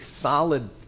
solid